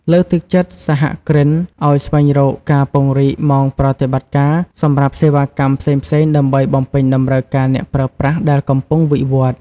លើកទឹកចិត្តសហគ្រិនឱ្យស្វែងរក ការពង្រីកម៉ោងប្រតិបត្តិការ សម្រាប់សេវាកម្មផ្សេងៗដើម្បីបំពេញតម្រូវការអ្នកប្រើប្រាស់ដែលកំពុងវិវត្ត។